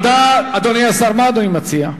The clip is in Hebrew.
אדוני השר, מה אדוני מציע?